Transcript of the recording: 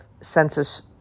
census